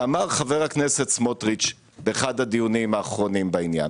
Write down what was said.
אמר חבר הכנסת סמוטריץ' באחד הדיונים האחרונים בעניין